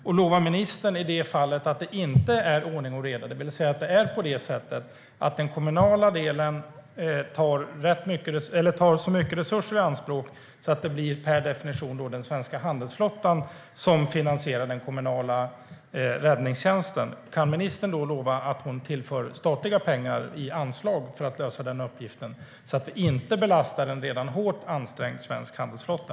Och i det fall det inte är ordning och reda, det vill säga om den kommunala delen tar så mycket resurser i anspråk att det per definition blir den svenska handelsflottan som finansierar den kommunala räddningstjänsten, kan ministern då lova att hon tillför statliga pengar till detta, så att det inte belastar en redan hårt ansträngd svensk handelsflotta?